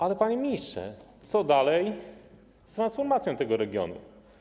Ale, panie ministrze, co dalej z transformacją tego regionu?